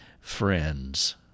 friends